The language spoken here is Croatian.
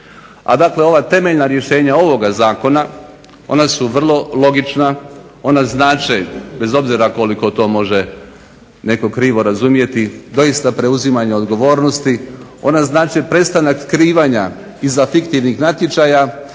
A dakle ova temeljna rješenja ovoga Zakona ona su vrlo logična, ona znače bez obzira koliko to može netko krivo razumjeti, doista preuzimanje odgovornosti, ona znače prestanak skrivanja iza fiktivnih natječaja